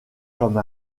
comme